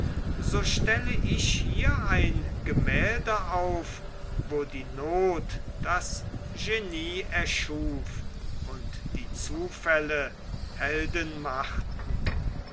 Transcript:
so stelle ich hier ein gemälde auf wo die noth das genie erschuf und die zufälle helden machten